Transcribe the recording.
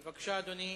בבקשה, אדוני,